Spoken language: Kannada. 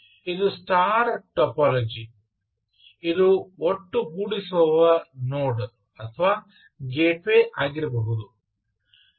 ಇದು ಸ್ಟಾರ್ ಟೋಪೋಲಜಿ ಇದು ಒಟ್ಟುಗೂಡಿಸುವವ ನೋಡ್ ಅಥವಾ ಗೇಟ್ವೇ ಆಗಿರಬಹುದು